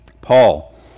Paul